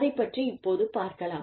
அதைப் பற்றி இப்போது பார்க்கலாம்